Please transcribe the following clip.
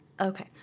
Okay